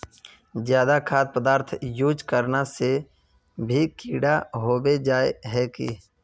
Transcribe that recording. ज्यादा खाद पदार्थ यूज करना से भी कीड़ा होबे जाए है की?